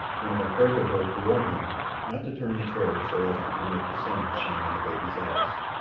when it occurred to her to warn him not to turn the carriage so as to permit the sun to shine in the baby's eyes.